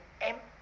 empty